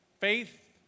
Faith